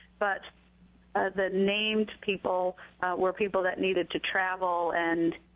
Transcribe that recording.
but the named people were people that needed to travel and